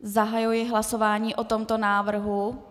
Zahajuji hlasování o tomto návrhu.